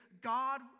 God